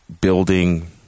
building